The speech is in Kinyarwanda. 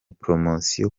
promosiyo